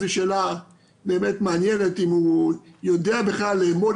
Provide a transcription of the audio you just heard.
זו שאלה באמת מעניינת אם הוא יודע בכלל לאמוד